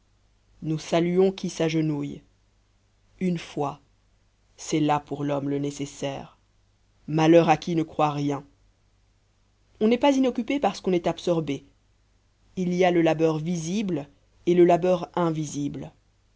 nous saluons qui s'agenouille une foi c'est là pour l'homme le nécessaire malheur à qui ne croit rien on n'est pas inoccupé parce qu'on est absorbé il y a le labeur visible et le labeur invisible